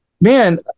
man